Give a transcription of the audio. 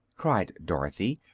cried dorothy,